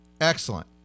Excellent